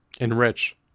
enrich